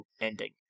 ending